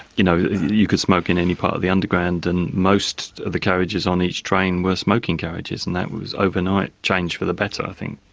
you know, you could smoke on and any part of the underground, and most of the carriages on each train were smoking carriages and that was overnight changed for the better i think.